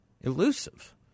elusive